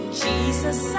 jesus